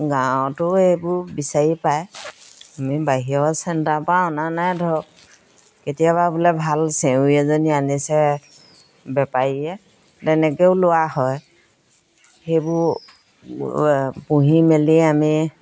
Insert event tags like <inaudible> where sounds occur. গাঁৱতো এইবোৰ বিচাৰি পায় <unintelligible> আমি বাহিৰৰ চেণ্টাৰৰ পৰা অনা নাই ধৰক কেতিয়াবা বোলে ভাল চেউৰী এজনী আনিছে বেপাৰীয়ে তেনেকৈও লোৱা হয় সেইবোৰ পুহি মেলি আমি